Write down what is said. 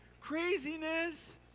Craziness